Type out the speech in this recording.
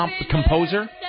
composer